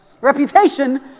reputation